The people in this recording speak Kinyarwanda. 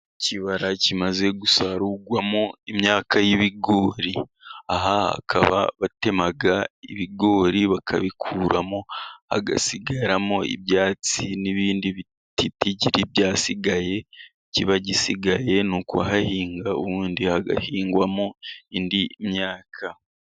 Ikibara kimaze gusarurwamo imyaka y'ibigori, aha hakaba batema ibigori bakabikuramo, hagasigaramo ibyatsi n'ibindi bitigitiri byasigaye ikiba gisigaye ni ukuhahinga ubundi hagahingwamo indi myaka.